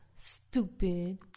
Stupid